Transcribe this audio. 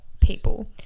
people